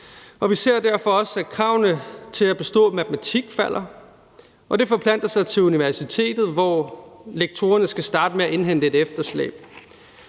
vi ser derfor også, at kravene til at bestå matematik falder, og det forplanter sig til universitetet, hvor lektorerne skal starte med at indhente et efterslæb.